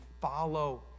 follow